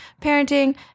parenting